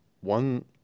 one